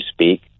speak